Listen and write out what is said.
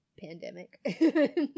pandemic